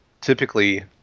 typically